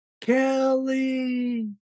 Kelly